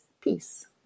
peace